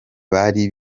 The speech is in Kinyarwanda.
bari